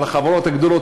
על החברות הגדולות,